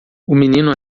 menino